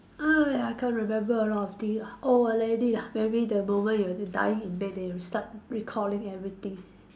ah ya can't remember a lot of thing ah old already lah maybe the moment you dying in bed then you start recalling everything